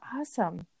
awesome